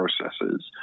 processes